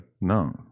no